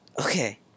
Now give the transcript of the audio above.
Okay